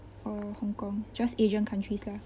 or hong kong just asian countries lah